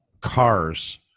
cars